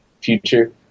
future